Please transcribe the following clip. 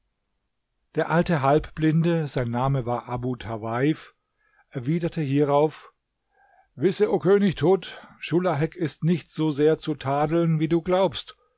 der alte halbblinde sein name war abu tawaif erwiderte hierauf wisse o könig tud schulahek ist nicht so sehr zu tadeln wie du glaubst